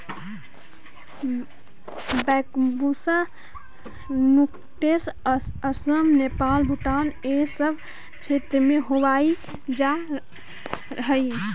Bambusa nutans Assam, Nepal, Bhutan इ सब क्षेत्र में उगावल जा हई